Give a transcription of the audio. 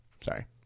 sorry